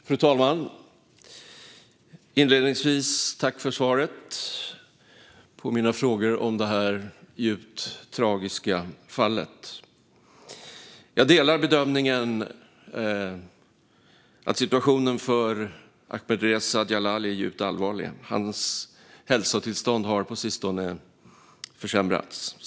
Fru talman! Inledningsvis vill jag tacka för svaret på mina frågor om detta djupt tragiska fall. Jag delar bedömningen att situationen för Ahmadreza Djalali är djupt allvarlig. Hans hälsotillstånd har på sistone försämrats.